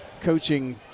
coaching